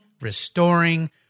restoring